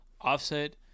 Offset